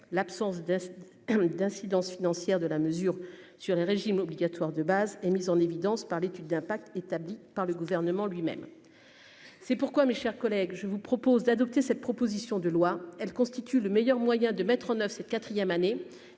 l'absence d'incidence financière de la mesure sur les régimes obligatoires de base est mise en évidence par l'étude d'impact, établi par le gouvernement lui-même, c'est pourquoi, mes chers collègues, je vous propose d'adopter cette proposition de loi, elle constitue. Que le meilleur moyen de mettre en oeuvre cette 4ème année